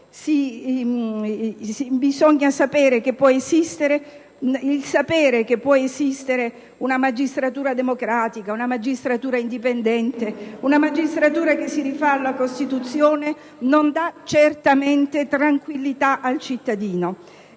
sapere che può esistere una magistratura democratica, una magistratura indipendente, una magistratura che si rifà alla Costituzione non dà certamente tranquillità al cittadino;